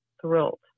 thrilled